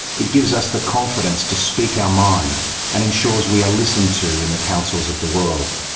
it gives us the confidence to speak our mind and ensures we are listened to in the councils of the world.